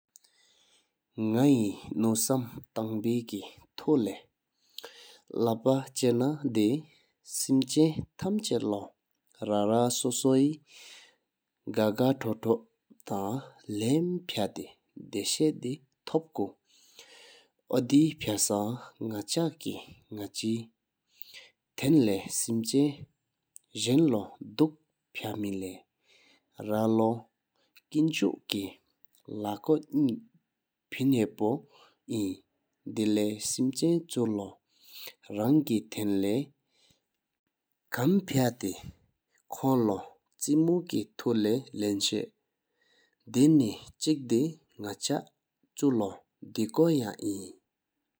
ནག་ཧེ་ནུ་སམ་ཐང་བེ་ཀེ་ཐུ་ལེ་ལབ་པ་ཆ་ན་པའི་སེམས་པ་ཆམ་ཐམ་ཆ་ལོ་རང་རང་སོ་སོ་ཧེ་དགགག་ཐོལཐོས་ཐང་ལམ་ཕྱལ་ཐེ་རྗེས་དེ་མཐོང་འོ་ཐོག་སྐུ་པར་དེ་རྗེས་ཐོབ་ཀུ་པར། ཨོ་དེ་ཕ་སང་ནག་ཆ་ཀེ་པེ་ནག་ཆེ་ཐང་ལེ་སམ་ཆེན་གཟིགས་ལོ་འདུག་འབྲི་སྦྱར་སྦྱར་སྦྱར སྨེ་ལེ། རང་ལོ་ཀིན་ཆུ་ཀེ་ལ་ཁོ་གེ་ཤིན་དའར མཛད་པོ་གིས་བས་སེམས་པ་ཆམ་ཆུ་ལོ་རང་གིས་ཐང་ལེ་ཆོམ་ཆ་ལོ་སེམས་པ་བར་ཐང་སེ་གང་བསྒྱུར་མ་རེས་གཏོགས་གྱུར་ནི་ཟིས་བྟོ་གྱིས་མཉག་ནང་མཉག་ན་བཀྲ། སྡེ་ན་ཆིག་དེ་ནག་ཆ་ཆུ་ལོ་ཡང་ཕྱིར་གོ་གྱི་ཡོ་གསུ་དེ་དཀའ་བསྐུམ་སྦྱིརས་རྟམ་པོ་ཡོད་སྒྱོར་ག་ལིས་ཀའད་ཀྲུ་ཞང་སྐུལ་ཆོམ་དེས་མེ་མེ་བྱི་གནུག་དེ་བཏང།